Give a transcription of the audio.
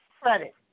credit